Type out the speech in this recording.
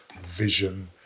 vision